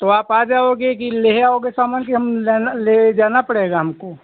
तो आप आ जाओगे कि ले आओगे सामान कि हम लेना ले जाना पड़ेगा हमको